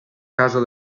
casa